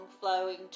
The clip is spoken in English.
flowing